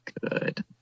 Good